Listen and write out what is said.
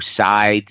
sides